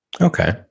Okay